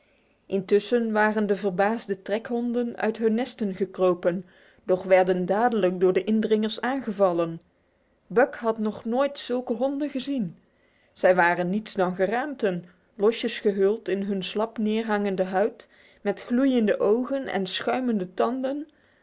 intussen kwamen de verbaasde trekhonden uit hun nesten gekropen doch werden dadelijk door de indringers aangevallen buck had nog nooit zulke honden gezien zij waren niets dan geraamten losjes gehuld in hun slap neerhangende huid met gloeiende ogen en schuimende tanden